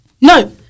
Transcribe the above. no